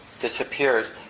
disappears